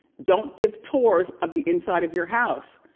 don't give tours of the inside of your house.